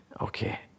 okay